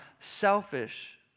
selfish